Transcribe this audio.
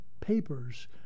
papers